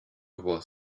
was